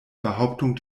behauptung